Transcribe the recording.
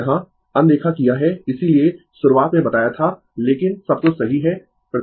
यहाँ अनदेखा किया है इसीलिए शुरूवात में बताया था लेकिन सब कुछ सही है